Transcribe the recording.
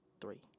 three